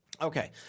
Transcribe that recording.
Okay